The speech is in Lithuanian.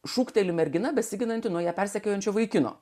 šūkteli mergina besiginanti nuo ją persekiojančio vaikino